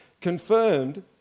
confirmed